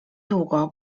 długo